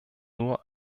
nur